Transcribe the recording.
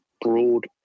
broad